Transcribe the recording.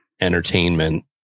entertainment